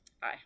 Bye